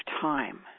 time